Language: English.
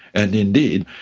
and indeed,